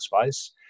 space